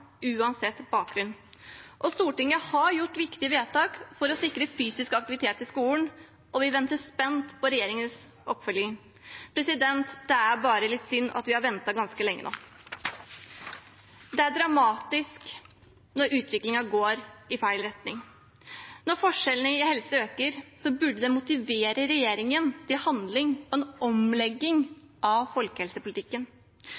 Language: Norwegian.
uansett bakgrunn. Stortinget har gjort viktige vedtak for å sikre fysisk aktivitet i skolen, og vi venter spent på regjeringens oppfølging. Det er bare litt synd at vi har ventet ganske lenge nå. Det er dramatisk når utviklingen går i feil retning. Når forskjellene innen helse øker, burde det motivere regjeringen til handling og en